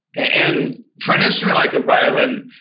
and for an instrument like a violin,